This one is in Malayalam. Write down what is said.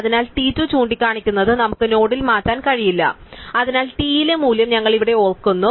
അതിനാൽ t 2 ചൂണ്ടിക്കാണിക്കുന്നത് നമുക്ക് നോഡിൽ മാറ്റാൻ കഴിയില്ല അതിനാൽ tയിലെ മൂല്യം ഞങ്ങൾ ഇവിടെ ഓർക്കുന്നു